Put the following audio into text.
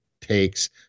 takes